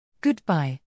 Goodbye